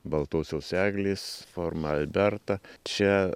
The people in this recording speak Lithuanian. baltosios eglės formą alberta čia